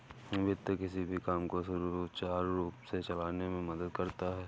वित्त किसी भी काम को सुचारू रूप से चलाने में मदद करता है